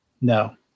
no